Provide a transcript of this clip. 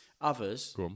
others